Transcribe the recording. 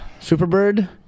Superbird